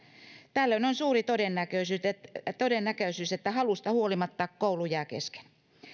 tällöin on suuri todennäköisyys että todennäköisyys että halusta huolimatta koulu jää kesken